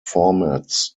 formats